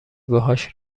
باهاش